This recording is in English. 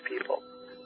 people